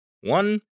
one